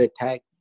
attack